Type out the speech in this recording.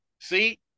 See